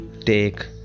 take